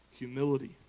humility